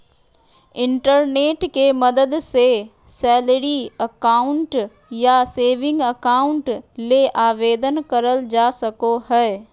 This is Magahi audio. इंटरनेट के मदद से सैलरी अकाउंट या सेविंग अकाउंट ले आवेदन करल जा सको हय